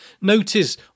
Notice